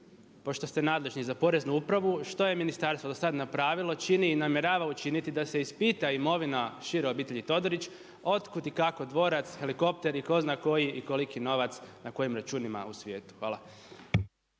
Pošto ste nadležni za Poreznu upravu što je ministarstvo do sad napravilo, čini i namjerava učiniti da se ispita imovina šire obitelji Todorić od kud i kako dvorac, helikopteri, tko zna koji i koliki novac, na kojim računima u svijetu. Hvala.